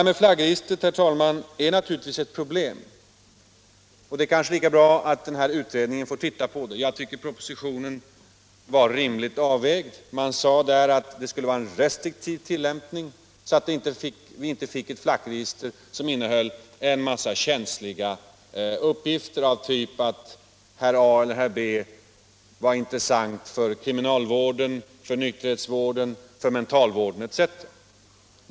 Flaggregistret, herr talman, är naturligtvis ett problem, och det kanske är lika bra att utredningen får titta på det. Jag tycker att propositionen var rimligt avvägd. Man sade där att det skulle vara en restriktiv tilllämpning, så att vi inte fick ett flaggregister som innehöll en massa uppgifter av den typen att herr A eller herr B var intressant för kriminalvården, nykterhetsvården, mentalvården etc.